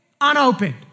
unopened